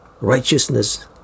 righteousness